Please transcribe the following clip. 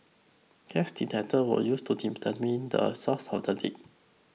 gas detector were used to determine the source of the leak